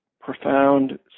profound